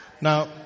now